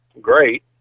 great